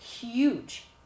huge